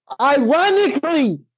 ironically